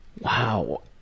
Wow